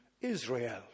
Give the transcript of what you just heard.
Israel